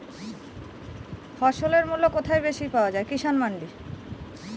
ফসলের মূল্য কোথায় বেশি পাওয়া যায়?